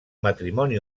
matrimoni